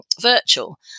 virtual